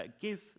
give